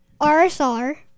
RSR